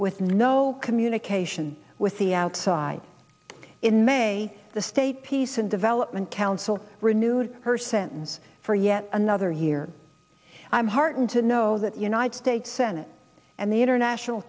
with no communication with the outside in may the state peace and development council renewed her sentence for yet another year i'm heartened to know that united states senate and the international